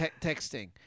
texting